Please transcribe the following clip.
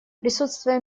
присутствие